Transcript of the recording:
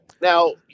now